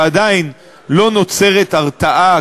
ועדיין לא נוצרת הרתעה,